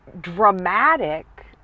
dramatic